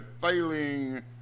failing